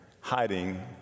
hiding